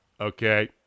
Okay